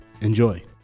Enjoy